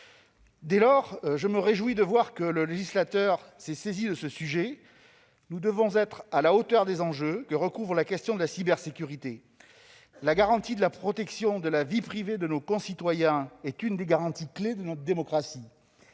» Je me réjouis donc de voir le législateur se saisir de ce sujet. Nous devons être à la hauteur des enjeux que recouvre la question de la cybersécurité. La garantie de la protection de la vie privée de nos concitoyens est une des garanties clés de notre démocratie.